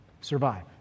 survive